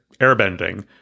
airbending